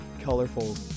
colorful